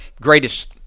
greatest